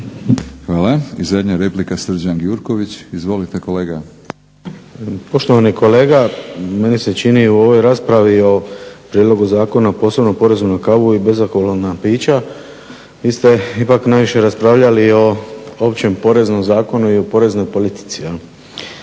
Hvala. I zadnja replika Srđan Gjurković. Izvolite kolega. **Gjurković, Srđan (HNS)** Poštovani kolega meni se čini u ovoj raspravi o prijedlogu Zakona o posebnom porezu na kavu i bezalkoholna pića vi ste ipak najviše raspravljali o Općem poreznom zakonu i o poreznoj politici